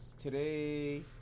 today